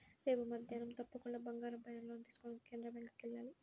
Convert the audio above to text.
రేపు మద్దేన్నం తప్పకుండా బంగారం పైన లోన్ తీసుకోడానికి కెనరా బ్యేంకుకి వెళ్ళాలి